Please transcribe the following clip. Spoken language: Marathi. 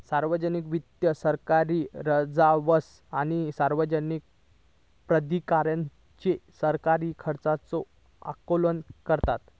सार्वजनिक वित्त सरकारी राजस्व आणि सार्वजनिक प्राधिकरणांचे सरकारी खर्चांचा आलोकन करतत